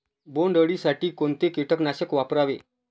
बोंडअळी साठी कोणते किटकनाशक वापरावे?